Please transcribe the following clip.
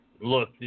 look